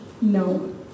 no